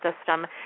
system